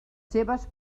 seues